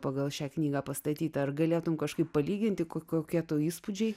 pagal šią knygą pastatytą ar galėtumei kažkaip palyginti kokie to įspūdžiai